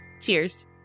Cheers